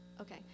Okay